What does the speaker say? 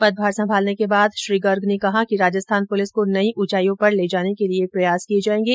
पदभार संभालने के बाद श्री गर्ग ने कहा कि राजस्थान पुलिस को नई उचाईयों पर ले जाने के लिये प्रयास किये जायेंगे